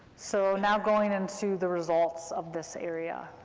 so now going into the results of this area.